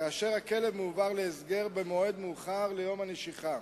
כאשר הכלב מועבר להסגר במועד מאוחר ליום הנשיכה,